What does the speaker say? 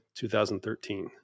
2013